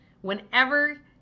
Whenever